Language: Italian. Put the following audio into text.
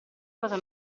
cosa